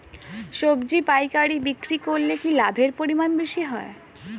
সবজি পাইকারি বিক্রি করলে কি লাভের পরিমাণ বেশি হয়?